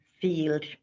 field